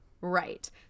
Right